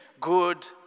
good